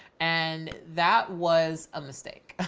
and that was a mistake.